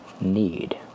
need